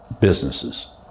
businesses